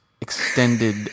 extended